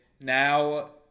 now